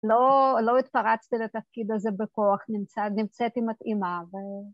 לא התפרצתי לתפקיד הזה בכוח, נמצאתי מתאימה